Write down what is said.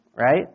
right